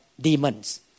demons